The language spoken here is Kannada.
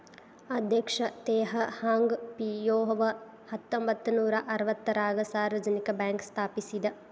ಅಧ್ಯಕ್ಷ ತೆಹ್ ಹಾಂಗ್ ಪಿಯೋವ್ ಹತ್ತೊಂಬತ್ ನೂರಾ ಅರವತ್ತಾರಗ ಸಾರ್ವಜನಿಕ ಬ್ಯಾಂಕ್ ಸ್ಥಾಪಿಸಿದ